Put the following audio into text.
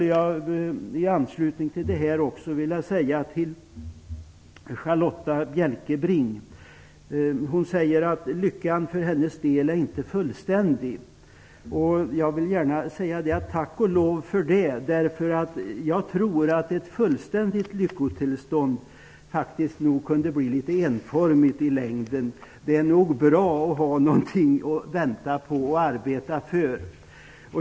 I anslutning till detta vill jag vända mig till Charlotta Bjälkebring. Hon säger att lyckan för hennes del inte är fullständig. Tack och lov för det! Jag tror att ett fullständigt lyckotillstånd kunde bli litet enformigt i längden. Det är nog bra att ha någonting att vänta på och arbeta för.